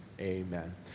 Amen